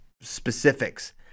specifics